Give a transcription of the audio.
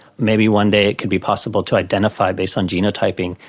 maybe one day it could be possible to identify, based on genotyping,